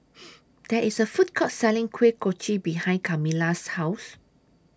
There IS A Food Court Selling Kuih Kochi behind Kamilah's House